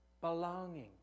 Belonging